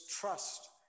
trust